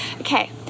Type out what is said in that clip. Okay